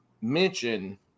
mention